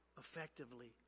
effectively